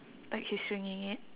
like he's swinging it